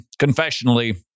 confessionally